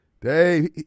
Dave